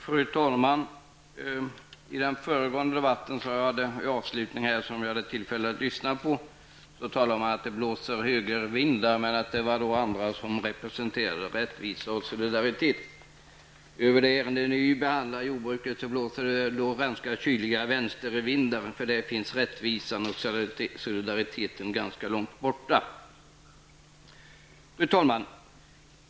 Fru talman! I den föregående debattens avslutning, som jag hade tillfälle att lyssna på, talade man om att det blåser högervindar men att det var andra som representerade rättvisa och solidaritet. När vi nu behandlar jordbruket, blåser det ganska kyliga vänstervindar, för här är rättvisa och solidaritet ganska långt borta.